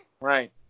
Right